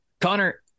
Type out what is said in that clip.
Connor